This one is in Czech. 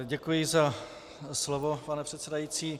Děkuji za slovo, pane předsedající.